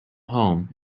home